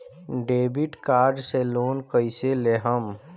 Debit card से loan कईसे लेहम?